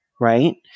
right